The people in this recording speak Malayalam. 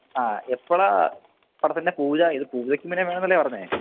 ആ എപ്പോഴാണ് പടത്തിൻ്റെ പൂജ ഇത് പൂജയ്ക്ക് മുന്നേ വേണമെന്നല്ലേ പറഞ്ഞത്